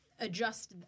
adjust